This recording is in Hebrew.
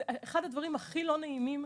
זה אחד הדברים הכי לא נעימים,